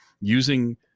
using